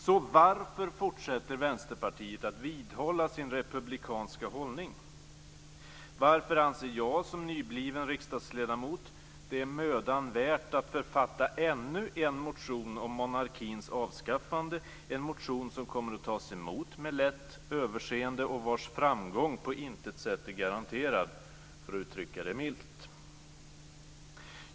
Så varför fortsätter Vänsterpartiet att vidhålla sin republikanska hållning? Varför anser jag, som nybliven riksdagsledamot, det mödan värt att författa ännu en motion om monarkins avskaffande, en motion som kommer att tas emot med lätt överseende och vars framgång på intet sätt är garanterad, för att uttrycka det milt?